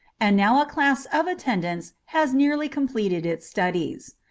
and now a class of attendants has nearly completed its studies.